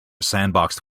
sandboxed